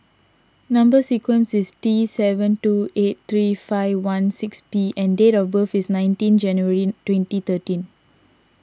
Number Sequence is T seven two eight three five one six P and date of birth is nineteen January twenty thirteen